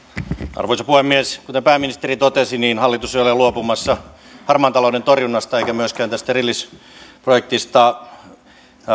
arvoisa puhemies kuten pääministeri totesi niin hallitus ei ole luopumassa harmaan talouden torjunnasta eikä myöskään tästä erillisprojektista